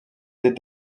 des